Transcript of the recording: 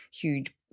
huge